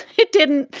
it didn't.